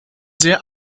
sehr